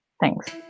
Thanks